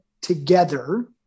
together